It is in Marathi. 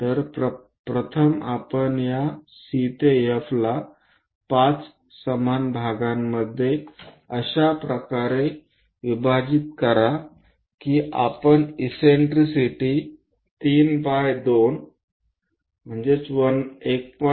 तर प्रथम आपण या C ते F ला 5 समान भागांमध्ये अशा प्रकारे विभाजित करा की आपण इससेन्ट्रिसिटी 3 बाय 2 1